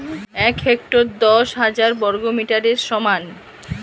এক হেক্টর দশ হাজার বর্গমিটারের সমান